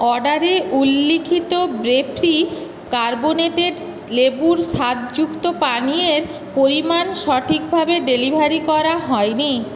অর্ডারে উল্লিখিত বেফ্রি কার্বনেটেড লেবুর স্বাদযুক্ত পানীয়ের পরিমাণ সঠিকভাবে ডেলিভারি করা হয়নি